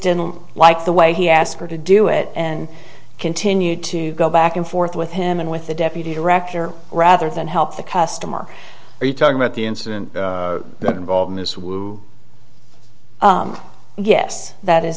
didn't like the way he asked her to do it and continued to go back and forth with him and with the deputy director rather than help the customer are you talking about the incident that involved in this would yes that is